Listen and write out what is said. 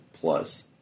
plus